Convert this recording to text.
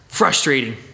frustrating